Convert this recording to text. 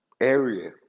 Area